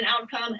outcome